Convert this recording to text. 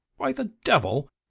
why the devil,